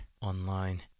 online